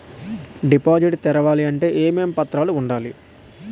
Deposit తెరవాలి అంటే ఏమేం పత్రాలు ఉండాలి?